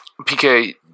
pk